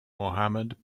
mohammad